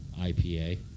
IPA